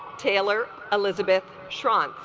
taylor elizabeth srong